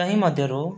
ତହିଁ ମଧ୍ୟରୁ